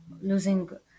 losing